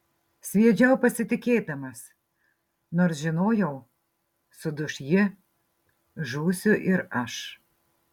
sviedžiau pasitikėdamas nors žinojau suduš ji žūsiu ir aš